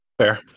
Fair